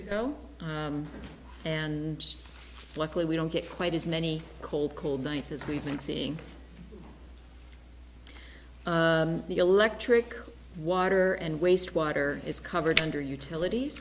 ago and luckily we don't get quite as many cold cold nights as we've been seeing electric water and waste water is covered under utilities